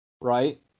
right